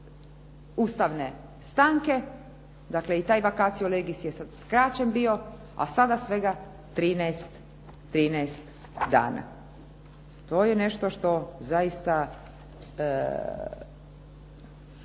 ustavne stanke, dakle i taj vacatio legis je sad skraćen bio, a sada svega 13 dana. To je nešto što zaista